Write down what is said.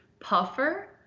Puffer